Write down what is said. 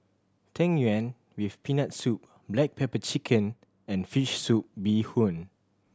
Tang Yuen with Peanut Soup black pepper chicken and fish soup bee hoon